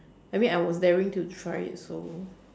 I mean I was daring to try it so